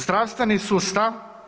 Zdravstveni sustav.